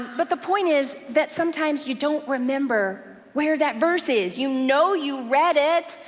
but the point is that sometimes you don't remember where that verse is. you know you read it,